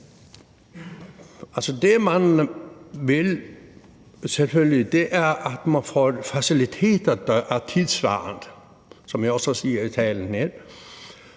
Det, man selvfølgelig vil, er, at man får faciliteter, der er tidssvarende, som jeg også siger i talen.